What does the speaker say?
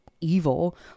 evil